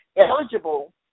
Eligible